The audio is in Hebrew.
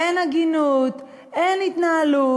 אין הגינות, אין התנהלות.